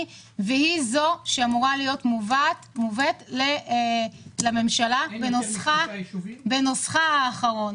והיא זו שאמורה להיות מובאת לממשלה כנוסחה האחרון.